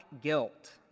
guilt